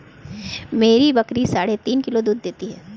मेरी बकरी साढ़े तीन किलो दूध देती है